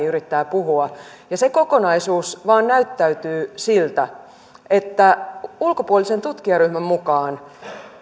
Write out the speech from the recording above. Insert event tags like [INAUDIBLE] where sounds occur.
[UNINTELLIGIBLE] yrittää puhua ja se kokonaisuus vain näyttää siltä että ulkopuolisen tutkijaryhmän mukaan